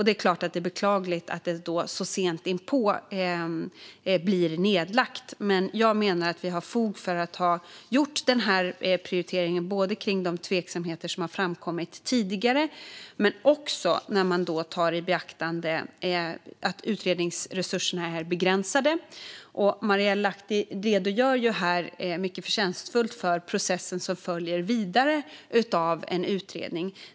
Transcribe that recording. Det är klart att det är beklagligt att detta blir nedlagt så sent inpå, men jag menar att vi hade fog för att göra den prioriteringen, både med tanke på de tveksamheter som framkommit tidigare och när man tar i beaktande att utredningsresurserna är begränsade. Marielle Lahti redogör mycket förtjänstfullt för processen som följer av en utredning.